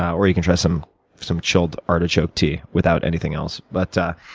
or you can try some some chilled artichoke tea without anything else. but